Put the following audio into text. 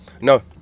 No